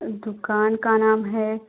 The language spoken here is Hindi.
दुकान का नाम है